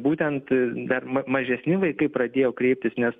būtent dar mažesni vaikai pradėjo kreiptis nes